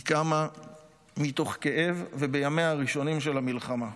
היא קמה מתוך כאב ובימיה הראשונים של המלחמה.